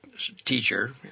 teacher